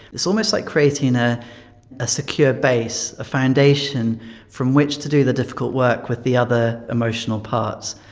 it's almost like creating ah a secure base, a foundation from which to do the difficult work with the other emotional parts.